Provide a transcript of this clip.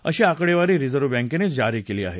अशी आकडेवारी रिजर्व्ह बँकेनं जारी केली आहे